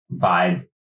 vibe